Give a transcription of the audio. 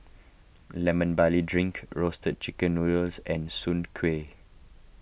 Lemon Barley Drink Roasted Chicken Noodles and Soon Kuih